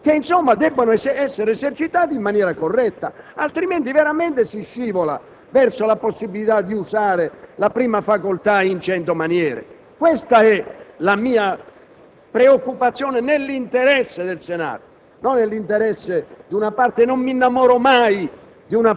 procedura dell'articolo 102, rispetto dei diritti del senatore, e l'articolo 78, che debbono essere esercitati in maniera corretta. Altrimenti, veramente si scivola verso la possibilità di usare la prima facoltà in cento maniere! Questa è la mia